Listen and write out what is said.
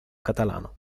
catalano